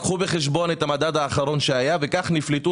לקחו בחשבון את המדד האחרון שהיה וכך נפלטו